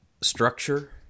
structure